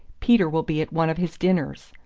peter will be at one of his dinners.